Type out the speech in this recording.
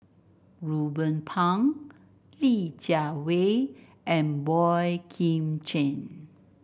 Ruben Pang Li Jiawei and Boey Kim Cheng